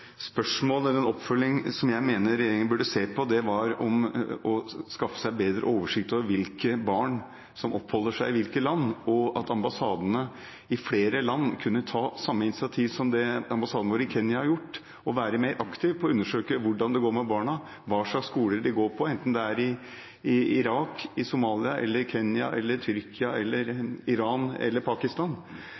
ambassadene i flere land kunne ta samme initiativ som det ambassaden vår i Kenya har gjort, å være mer aktiv i å undersøke hvordan det går med barna, hva slags skoler de går på, enten det er i Irak, i Somalia, i Kenya, i Tyrkia, i Iran eller i Pakistan,